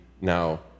now